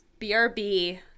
brb